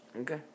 Okay